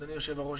אדוני היושב-ראש,